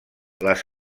les